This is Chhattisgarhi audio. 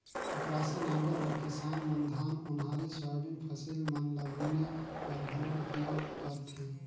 अकरासी नांगर ल किसान मन धान, ओन्हारी, सोयाबीन फसिल मन ल बुने बर घलो उपियोग करथे